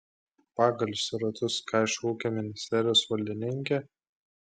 pagalius į ratus kaišo ūkio ministerijos valdininkė